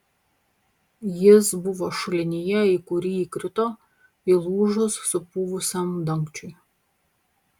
jis buvo šulinyje į kurį įkrito įlūžus supuvusiam dangčiui